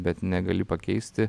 bet negali pakeisti